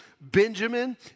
Benjamin